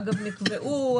שנקבעו,